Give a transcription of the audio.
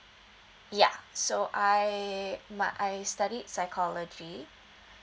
ya so I my I studied psychology